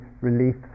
relief